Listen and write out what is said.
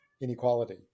inequality